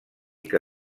que